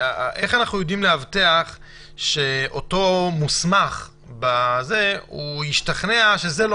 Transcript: איך אנחנו יודעים להבטיח שאותו מוסמך ישתכנע שזה לא